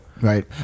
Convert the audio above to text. Right